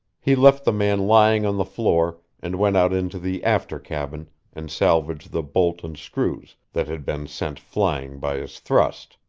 he left the man lying on the floor, and went out into the after cabin and salvaged the bolt and screws that had been sent flying by his thrust.